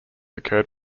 occurred